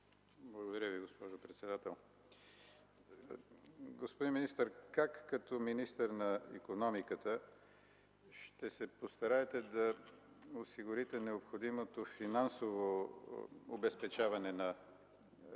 Благодаря Ви, госпожо председател. Господин министър, как като министър на икономиката ще се постараете да осигурите необходимото финансово обезпечаване на мерките